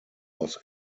was